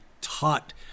taught